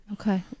Okay